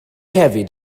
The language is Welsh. hefyd